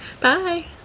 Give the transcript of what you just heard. bye